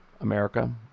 America